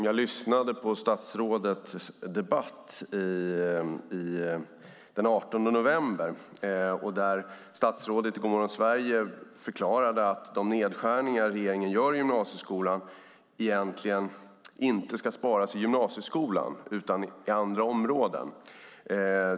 Jag hörde när statsrådet i Gomorron Sverige den 18 november förklarade att de nedskärningar regeringen gör i gymnasieskolan egentligen inte ska tas från gymnasieskolan utan från andra områden.